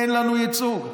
אין לנו ייצוג,